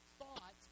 thought